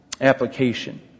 application